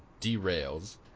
derails